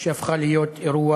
שהפכה להיות אירוע